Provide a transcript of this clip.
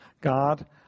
God